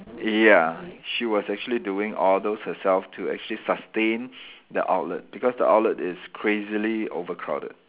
ya she was actually doing all those herself to actually sustain the outlet because the outlet is crazily overcrowded